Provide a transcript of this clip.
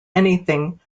anything